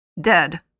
Dead